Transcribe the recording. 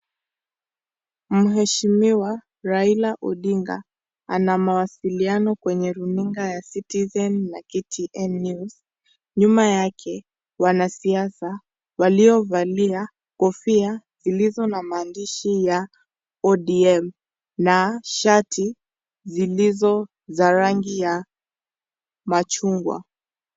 Mheshimiwa Raila Odinga ana mawasiliano kwenye runinga ya Citizen na Ktn news nyuma yake wanasiasa walio valia kofia zilizo na maandishi ya ODM na shati zilizizo za rangi ya machungwa.